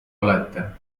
olete